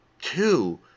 two